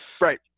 Right